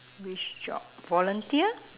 which job volunteer